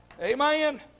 Amen